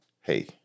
hey